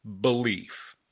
belief